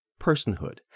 personhood